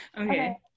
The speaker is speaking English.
Okay